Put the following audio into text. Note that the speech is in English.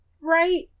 right